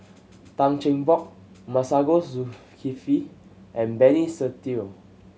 Tan Cheng Bock Masagos Zulkifli and Benny Se Teo